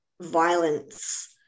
violence